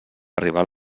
arribant